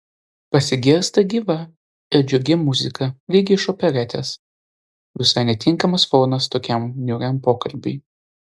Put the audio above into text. pasigirsta gyva ir džiugi muzika lyg iš operetės visai netinkamas fonas tokiam niūriam pokalbiui